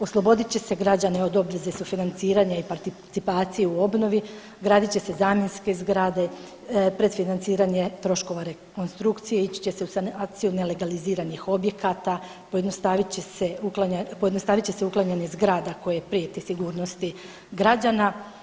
Oslobodit će se građane od obveze sufinanciranja i participacije u obnovi, gradit će se zamjenske zgrade, predfinanciranje troškova rekonstrukcije, ići će se u akciju nelegaliziranih objekata, pojednostavit će se uklanjanje zgrada koje prijete sigurnosti građana.